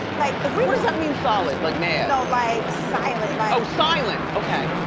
like ah what what does that mean, solid, like mad? no like, silent. like oh, silent, okay.